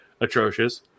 atrocious